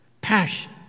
Passion